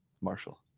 Marshall